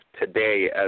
today